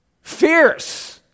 fierce